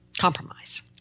compromise